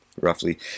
roughly